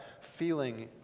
feeling